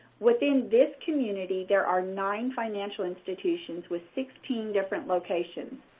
within this community, there are nine financial institutions, with sixteen different locations.